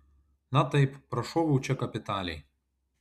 na taip prašoviau čia kapitaliai